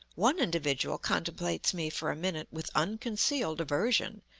one individual contemplates me for a minute with unconcealed aversion,